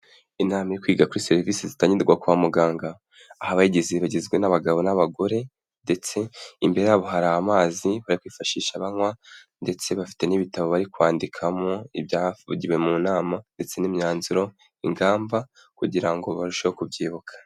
Inama yo kwiga kuri serivisi zitangirwa kwa muganga, aho bayigize bagizwe n'abagabo n'abagore ndetse imbere yabo hari amazi bakifashisha banywa ndetse bafite n'ibitabo bari kwandikamo ibyavugiwe mu nama ndetse n'imyanzuro, ingamba kugira ngo barusheho kubyibuka.